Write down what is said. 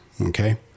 Okay